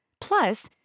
Plus